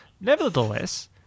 Nevertheless